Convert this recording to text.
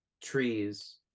trees